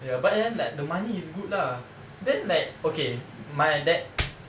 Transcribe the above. ya but then like the money is good lah then like okay my that